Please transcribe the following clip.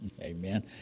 Amen